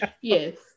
Yes